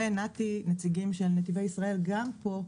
ונת"י, נציגים של נתיבי ישראל גם פה,